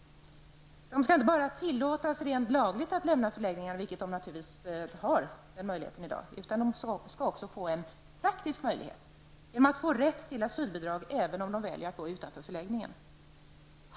Det skall inte bara tillåtas, rent lagligt, att lämna förläggningen -- de har naturligtvis den möjligheten redan i dag -- utan det skall också vara en praktisk möjlighet genom att de får rätt till asylbidrag även när de bor utanför förläggningen.